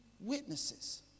witnesses